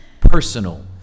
personal